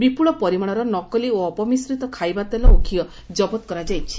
ବିପୁଳ ପରିମାଣର ନକଲି ଓ ଅପମିଶ୍ରିତ ଖାଇବା ତେଲ ଓ ଘିଅ ଜବତ କରାଯାଇଛି